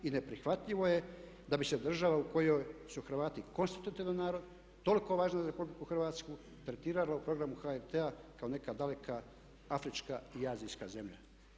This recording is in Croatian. I neprihvatljivo je da bi se država u kojoj su Hrvati konstitutivan narod toliko važno za RH tretiralo u programu HRT-a kao neka daleka Afrička i Azijska zemlja.